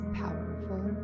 powerful